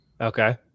Okay